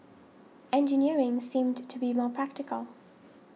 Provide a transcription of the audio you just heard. engineering seemed to be more practical